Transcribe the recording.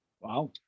Wow